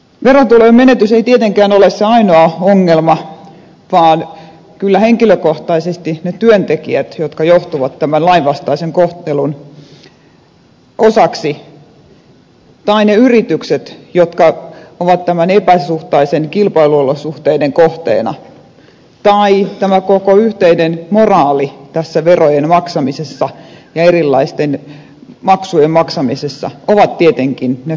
verotulojen menetys ei tietenkään ole se ainoa ongelma vaan kyllä henkilökohtaisesti ne työntekijät jotka joutuvat tämän lainvastaisen kohtelun osaksi tai ne yritykset jotka ovat näiden epäsuhtaisten kilpailuolosuhteiden kohteena tai tämä koko yhteinen moraali verojen maksamisessa ja erilaisten maksujen maksamisessa ovat tietenkin ne suuret ongelmat